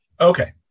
Okay